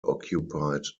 occupied